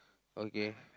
okay